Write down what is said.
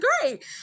great